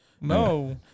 no